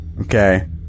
Okay